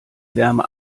wärme